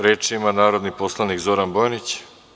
Reč ima narodni poslanik Zoran Bojanić.